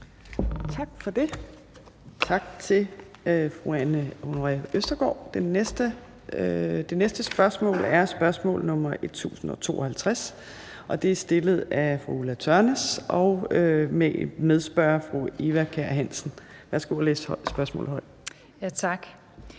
Tak for det. Tak til fru Anne Honoré Østergaard. Det næste spørgsmål er spørgsmål nr. S 1052. Det er stillet af fru Ulla Tørnæs, og medspørger er fru Eva Kjer Hansen. Kl. 15:35 Spm. nr.